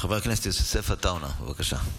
חבר הכנסת יוסף עטאונה, בבקשה.